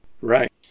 Right